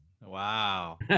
wow